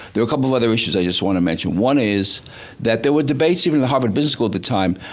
there are a couple of other issues, i just want to mention. one is that there were debates even in harvard business school at the time,